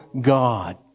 God